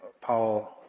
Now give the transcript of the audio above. paul